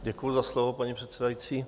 Děkuju za slovo, paní předsedající.